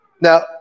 Now